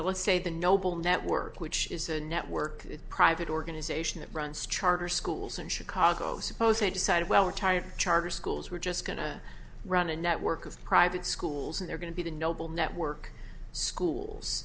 know let's say the noble network which is a network a private organization that runs charter schools in chicago suppose it decided well we're tired charter schools we're just going to run a network of private schools and they're going to be the noble network schools